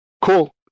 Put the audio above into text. Cool